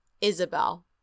Isabel